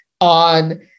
on